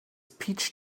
peach